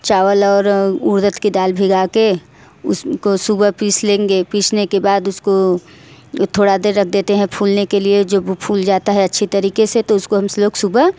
चावल और उड़द की दाल भिगा कर उसको सुबह पीस लेंगे पीसने के बाद उसको थोड़ा देर रख देते हैं फुलने के लिए जब वह फुल जाता है अच्छी तरीके से तो उसको हम लोग सुबह